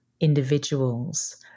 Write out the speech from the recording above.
individuals